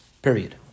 Period